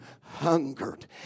hungered